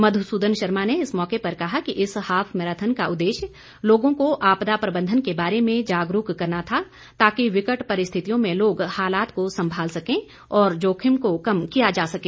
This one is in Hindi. मधू सूदन शर्मा ने इस मौके पर कहा कि इस हाफ मैराथन का उद्देश्य लोगों को आपदा प्रबंधन के बारे में जागरूक करना था ताकि विकट परिस्थितियों में लोग हालात को संभाल सकें और जोखिम को कम किया जा सके